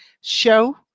show